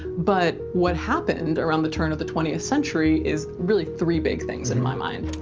but what happened around the turn of the twentieth century is really three big things in my mind.